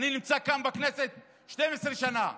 אני נמצא כאן בכנסת 12 שנה,